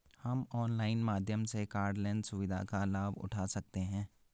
हम ऑनलाइन माध्यम से कॉर्डलेस सुविधा का लाभ उठा सकते हैं